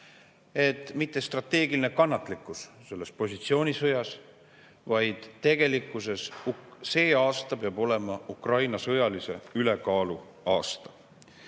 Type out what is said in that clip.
mitte strateegiline kannatlikkus selles positsioonisõjas, vaid tegelikkuses peab see aasta olema Ukraina sõjalise ülekaalu aasta.